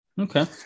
Okay